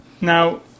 Now